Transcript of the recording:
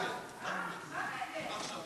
הצבעה, בבקשה.